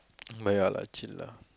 but ya lah chill lah